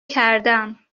کردم